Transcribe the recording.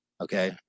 Okay